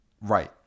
Right